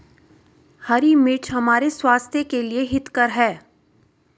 हरी मिर्च हमारे स्वास्थ्य के लिए हितकर हैं